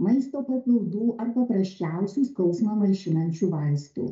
maisto papildų ar paprasčiausių skausmą malšinančių vaistų